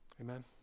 Amen